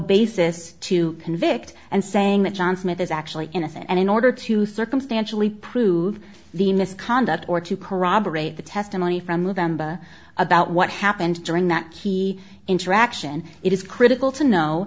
basis to convict and saying that john smith is actually innocent and in order to circumstantially prove the misconduct or to corroborate the testimony from movember about what happened during that key interaction it is critical to know